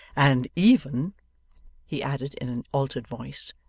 and even he added in an altered voice,